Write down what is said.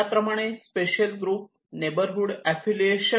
त्याचप्रमाणे special group neighbourhood affiliation